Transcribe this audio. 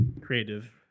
creative